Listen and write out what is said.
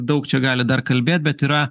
daug čia galit dar kalbėt bet yra